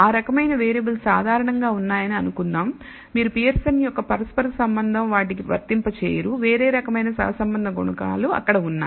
ఆ రకమైన వేరియబుల్స్ సాధారణంగా ఉన్నాయని అనుకుందాం మీరు పియర్సన్ యొక్క పరస్పర సంబంధం వాటికి వర్తింప చేయరు వేరే రకమైన సహసంబంధ గుణకాలు అక్కడ ఉన్నాయి